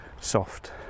soft